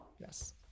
Yes